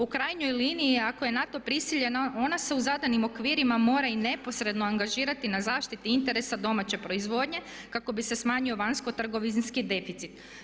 U krajnjoj liniji ako je na to prisiljena ona se u zadanim okvirima mora i neposredno angažirati na zaštiti interesa domaće proizvodnje kako bi se smanjio vanjsko trgovinski deficit.